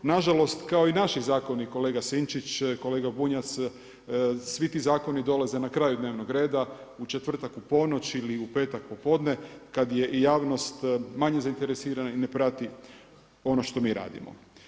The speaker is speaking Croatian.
Na žalost, kao i naši zakoni kolega Sinčić, kolega Bunjac, svi ti zakoni dolaze na kraju dnevnoga reda, u četvrtak u ponoć ili u petak popodne kad je i javnost manje zainteresirana i ne prati ono što mi radimo.